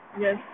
Yes